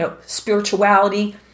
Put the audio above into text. spirituality